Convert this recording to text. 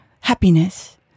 happiness